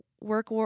work